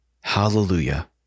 Hallelujah